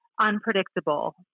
unpredictable